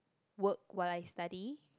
work what I study